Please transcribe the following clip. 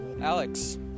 Alex